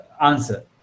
answer